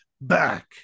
back